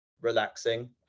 relaxing